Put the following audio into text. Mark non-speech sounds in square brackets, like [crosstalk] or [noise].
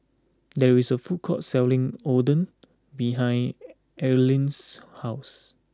there is a food court selling Oden behind [noise] Earlean's house